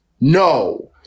No